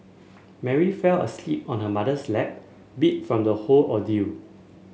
Mary fell asleep on her mother's lap beat from the whole ordeal